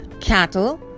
cattle